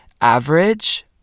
average